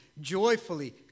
joyfully